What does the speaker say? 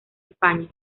españa